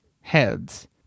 heads